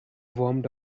warmed